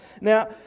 now